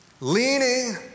Leaning